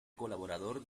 colaborador